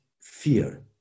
fear